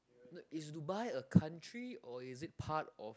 no is Dubai a country or is it part of